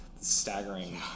staggering